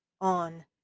on